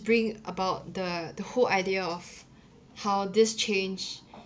bring about the the whole idea of how this change